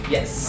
Yes